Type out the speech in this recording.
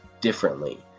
differently